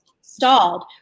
stalled